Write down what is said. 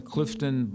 Clifton